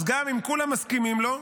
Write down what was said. אז גם אם כולם מסכימים לו,